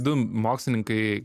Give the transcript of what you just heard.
du mokslininkai